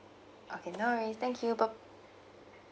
okay no worries thank you by~